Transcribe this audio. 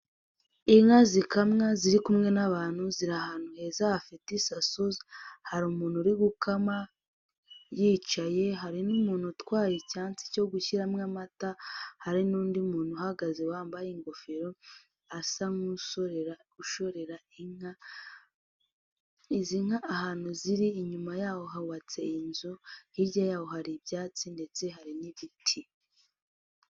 Inka zikamwa ziri kumwe n'abantu ziri ahantu heza hafit isaso hari umuntu uri gukama yicaye hari n'umuntu utwaye icyansi cyo gushyiramo amata hari n'undi muntu uhagaze wambaye ingofero asa nk'usorera ushorera inka izi nka ahantu ziri inyuma yaho hubatse iyi nzu hirya yaho hari ibyatsi ndetse hari n'ibiti.